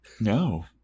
No